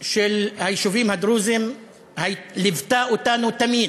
של היישובים הדרוזיים ליוותה אותנו תמיד